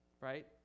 right